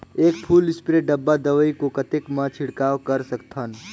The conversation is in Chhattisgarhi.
एक फुल स्प्रे डब्बा दवाई को कतेक म छिड़काव कर सकथन?